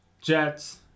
Jets